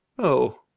oh,